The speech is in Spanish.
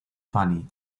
fanny